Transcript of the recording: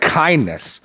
kindness